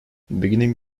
beginning